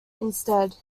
instead